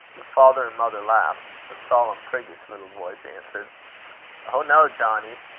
the father and mother laughed. a solemn priggish little voice answered oh, no, johnny.